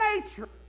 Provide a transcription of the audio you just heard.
nature